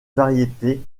variété